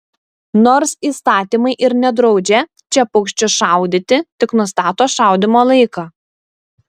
nors įstatymai ir nedraudžia čia paukščius šaudyti tik nustato šaudymo laiką